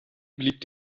blieb